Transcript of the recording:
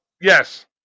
yes